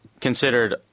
considered